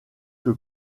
que